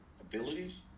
abilities